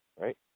right